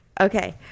Okay